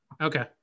okay